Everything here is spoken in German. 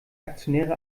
aktionäre